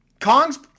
Kong's